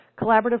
collaborative